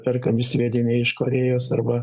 perkami sviediniai iš korėjos arba